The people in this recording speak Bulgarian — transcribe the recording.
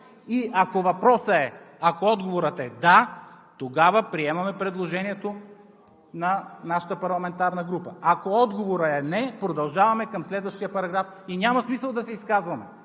„да“ и „не“? И ако отговорът е „да“, тогава приемаме предложението на нашата парламентарна група, ако отговорът е „не“, продължаваме към следващия параграф и няма смисъл да се изказваме.